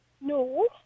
No